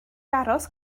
aros